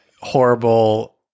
horrible